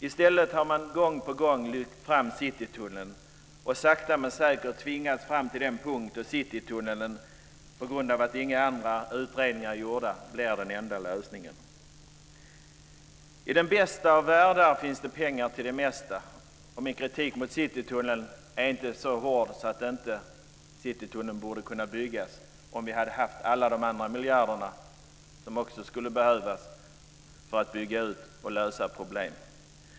I stället har man gång på gång lyft fram Citytunneln och sakta men säkert tvingat fram till den punkt där Citytunneln på grund av att inga andra utredningar är gjorda blir den enda lösningen. I den bästa av världar finns det pengar till det mesta. Min kritik mot Citytunneln är inte så hård att inte Citytunneln borde kunna byggas om vi hade haft alla andra miljarder som också skulle behövas för att bygga ut och lösa problem.